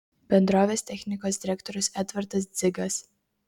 bendrovės technikos direktorius edvardas dzigas